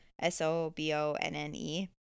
S-O-B-O-N-N-E